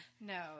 No